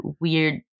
weird